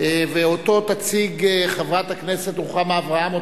ואותה תציג חברת הכנסת רוחמה אברהם,